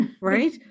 Right